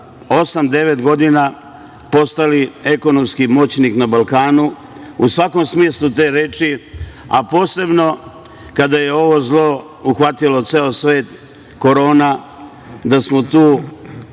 godina postali ekonomski moćnik na Balkanu u svakom smislu te reči, a posebno kada je ovo zlo uhvatilo ceo svet, korona, da smo tu